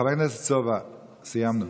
חבר הכנסת סובה, סיימנו.